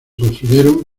construyeron